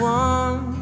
one